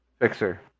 Fixer